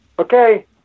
Okay